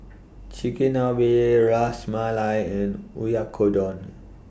Chigenabe Ras Malai and Oyakodon